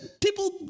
people